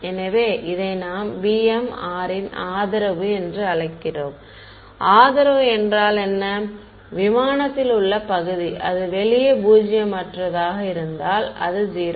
எனவே இதை நாம் bm r இன் ஆதரவு என்று அழைக்கிறோம் ஆதரவு என்றால் விமானத்தில் உள்ள பகுதி அது வெளியே பூஜ்ஜியமற்றதாக இருந்தால் அது 0